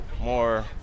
more